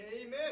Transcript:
Amen